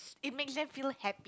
it makes them feel happy